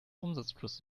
umsatzplus